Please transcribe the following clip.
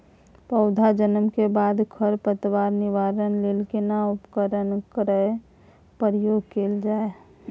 पौधा जन्म के बाद खर पतवार निवारण लेल केना उपकरण कय प्रयोग कैल जाय?